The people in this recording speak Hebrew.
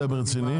אתה רציני?